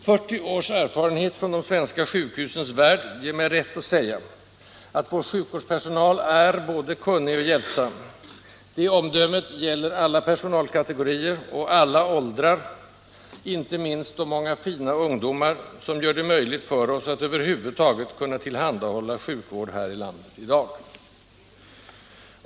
40 års erfarenhet från de svenska sjukhusens värld ger mig rätt att säga att vår sjukvårdspersonal är både kunnig och hjälpsam. Det omdömet gäller alla personalkategorier och alla åldrar, inte minst de många fina ungdomar som gör det möjligt för oss att över huvud taget tillhandahålla sjukvård här i landet i dag.